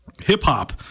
hip-hop